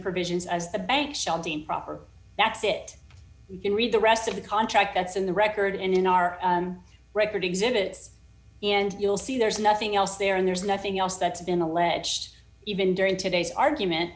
provisions as the bank shall deem proper that's it you can read the rest of the contract that's in the record in our record exhibits and you'll see there's nothing else there and there's nothing else that's been alleged even during today's argument